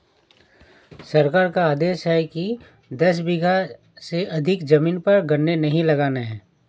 सरकार का आदेश है कि दस बीघा से अधिक जमीन पर गन्ने नही लगाने हैं